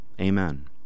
amen